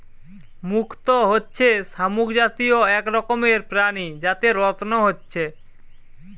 মুক্ত হচ্ছে শামুক জাতীয় এক রকমের প্রাণী যাতে রত্ন হচ্ছে